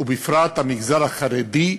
ובפרט המגזר החרדי,